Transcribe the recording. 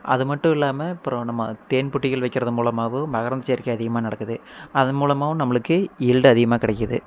அது மட்டும் இல்லாமல் அப்புறம் நம்ம தேன் பொட்டிகள் வைக்கிறது மூலமாகவும் மகரந்தச்சேர்க்கை அதிகமாக நடக்குது அதன் மூலமாகவும் நம்மளுக்கு ஈல்டு அதிகமாக கிடைக்கிது